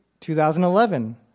2011